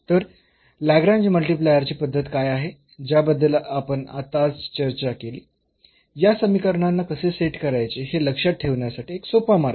तर लाग्रेंज मल्टीप्लायरची पद्धत काय आहे ज्याबद्दल आपण आताच चर्चा केली या समीकरणांना कसे सेट करायचे हे लक्षात ठेवण्यासाठी एक सोपा मार्ग आहे